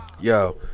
Yo